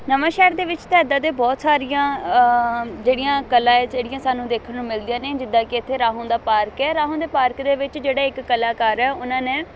ਨਵਾਂਸ਼ਹਿਰ ਦੇ ਵਿੱਚ ਤਾਂ ਇੱਦਾਂ ਦੇ ਬਹੁਤ ਸਾਰੀਆਂ ਜਿਹੜੀਆਂ ਕਲਾ ਹੈ ਜਿਹੜੀਆਂ ਸਾਨੂੰ ਦੇਖਣ ਨੂੰ ਮਿਲਦੀਆਂ ਨੇ ਜਿੱਦਾਂ ਕਿ ਇੱਥੇ ਰਾਹੋਂ ਦਾ ਪਾਰਕ ਹੈ ਰਾਹੋਂ ਦੇ ਪਾਰਕ ਦੇ ਵਿੱਚ ਜਿਹੜਾ ਇੱਕ ਕਲਾਕਾਰ ਹੈ ਉਹਨਾਂ ਨੇ